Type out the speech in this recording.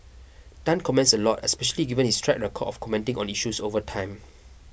Tan comments a lot especially given his track record of commenting on issues over time